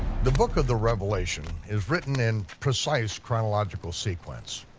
the book of the revelation is written in precise chronological sequence.